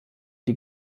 die